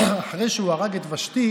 אחרי שהוא הרג את ושתי,